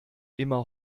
immer